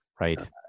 Right